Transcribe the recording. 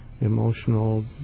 emotional